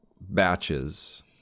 batches